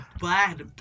bad